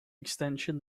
extension